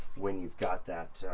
when you've got that,